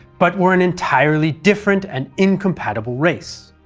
but were an entirely different and incompatible race.